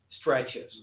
stretches